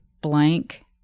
blank